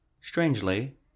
Strangely